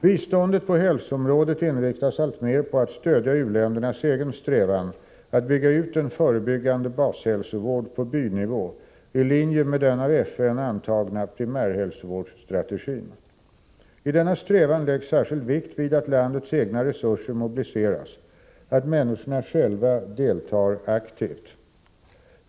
Biståndet på hälsoområdet inriktas alltmer på att stödja u-ländernas egen strävan att bygga ut en förebyggande bashälsovård på bynivå i linje med den av FN antagna primärhälsovårdsstrategin. I denna strävan läggs särskild vikt vid att landets egna resurser mobiliseras, att människorna själva deltar aktivt.